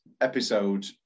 episode